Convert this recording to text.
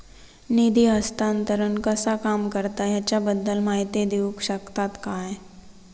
निधी हस्तांतरण कसा काम करता ह्याच्या बद्दल माहिती दिउक शकतात काय?